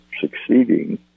succeeding